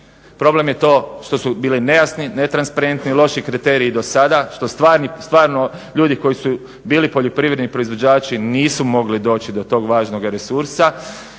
problem je to što su bili nejasni, ne transparentni i loši kriteriji do sada, što stvarno ljudi koji su bili poljoprivredni proizvođači nisu mogli doći do tog važnoga resursa.